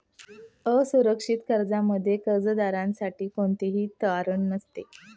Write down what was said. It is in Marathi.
असुरक्षित कर्जामध्ये कर्जदारासाठी कोणतेही तारण नसते